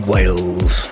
Wales